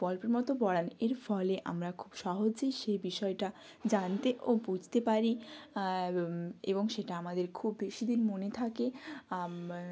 গল্পের মতো পড়ান এর ফলে আমরা খুব সহজেই সেই বিষয়টা জানতে ও বুঝতে পারি এবং সেটা আমাদের খুব বেশি দিন মনে থাকে